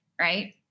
right